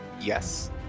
Yes